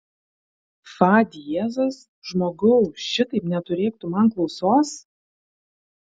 fa diezas žmogau šitaip neturėk tu man klausos